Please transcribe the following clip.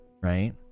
right